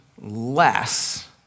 less